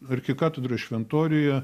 arkikatedros šventoriuje